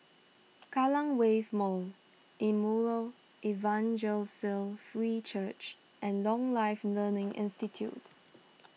Kallang Wave Mall Emmanuel Evangelical Free Church and Lifelong Learning Institute